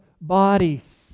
bodies